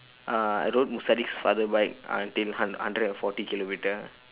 uh I rode sadiq's father bike until hun~ hundred and forty kilometre